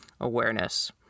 awareness